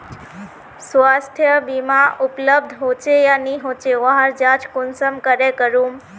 स्वास्थ्य बीमा उपलब्ध होचे या नी होचे वहार जाँच कुंसम करे करूम?